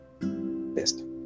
best